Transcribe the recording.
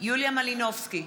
יוליה מלינובסקי,